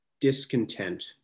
discontent